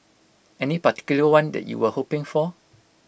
any particular one that you were hoping for